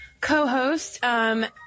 co-host